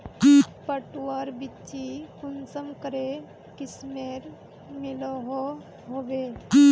पटवार बिच्ची कुंसम करे किस्मेर मिलोहो होबे?